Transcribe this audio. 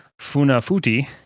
Funafuti